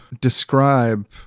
describe